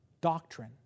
doctrine